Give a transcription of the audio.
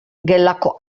gelako